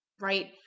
right